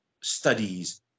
studies